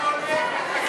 המנהיג שלכם הולך לחקירה.